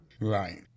Right